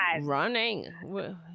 running